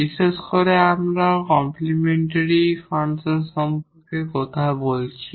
বিশেষ করে আমরা কমপ্লিমেন্টরি ফাংশন সম্পর্কে কথা বলছি